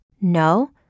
No